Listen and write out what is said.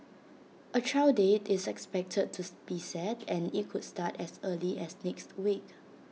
A trial date is expected to be set and IT could start as early as next week